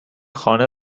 خانه